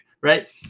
right